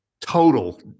total